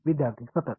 विद्यार्थी सतत